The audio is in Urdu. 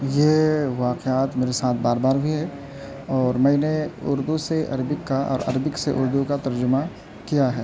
یہ واقعات میرے ساتھ بار بار ہوئے اور میں نے اردو سے عربک کا اور عربک سے اردو کا ترجمہ کیا ہے